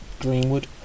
Greenwood